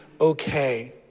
okay